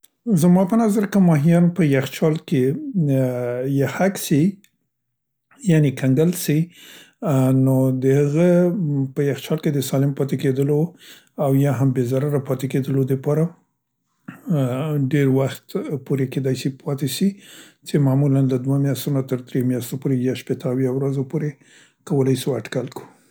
زما په نظر که ماهیان په یخچال کې ا، ا یخک سي یعنې کنګل سي ا نو د هغه په یخچال کې د سالم پاتې کیدلو یا هم بې ضرره پاتې کیدلو د پاره ا، ا ډير وخت پورې کیدای سي پاتې سي څې معمولاً له دو میاشتو تر درییو میاشتو پورې یا شپیته، اویا ورځو پورې کولای سو اټکل کو.